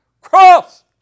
Cross